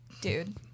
Dude